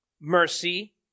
mercy